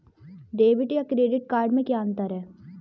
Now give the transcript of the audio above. Debit या credit card में क्या अन्तर है?